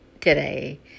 today